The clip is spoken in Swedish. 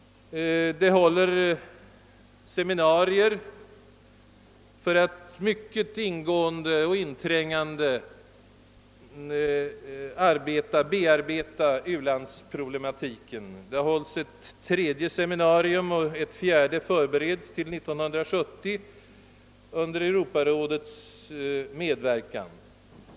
Det håller seminarier syftande till mycket inträngande bearbetning av ulandsproblematiken. Det har hållits ett tredje seminarium och ett fjärde förbereds till 1970, även nu under medverkan av Europarådet.